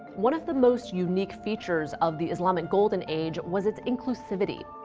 one of the most unique features of the islamic golden age was its inclusivity.